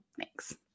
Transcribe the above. Thanks